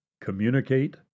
communicate